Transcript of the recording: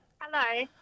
Hello